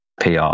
PR